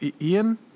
Ian